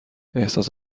احساس